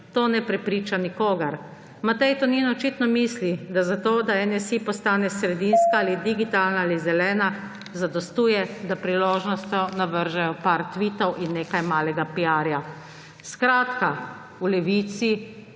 To ne prepriča nikogar. Matej Tonin očitno misli, da za to, da NSi postane sredinska, ali digitalna, ali zelena, zadostuje, da priložnostno navržejo par tvitov in nekaj malega piarja. Skratka, v Levici